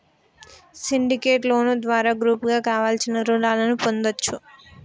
syndicate loan ద్వారా గ్రూపుగా కావలసిన రుణాలను పొందొచ్చు